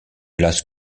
las